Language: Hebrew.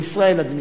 בישראל אתה מתכוון.